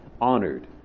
honored